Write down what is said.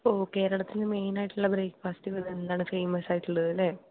ഓ കേരളത്തിലെ മെയിൻ ആയിട്ടുള്ള ബ്രേക്ഫാസ്റ്റുകൾ എന്താണ് ഫേയ്മസ് ആയിട്ടുള്ളത് അല്ലേ